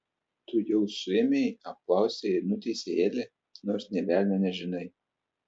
tu jau suėmei apklausei ir nuteisei elį nors nė velnio nežinai